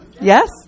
Yes